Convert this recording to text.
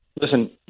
listen –